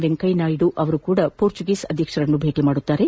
ವೆಂಕಯ್ಯನಾಯ್ಡು ಅವರೂ ಸಹ ಪೋರ್ಚುಗೀಸ್ ಅಧ್ಯಕ್ಷರನ್ನು ಭೇಟಿ ಮಾಡಲಿದ್ದಾರೆ